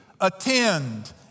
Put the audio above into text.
attend